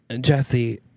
Jesse